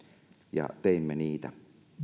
ja teimme niitä